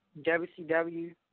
WCW